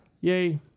Yay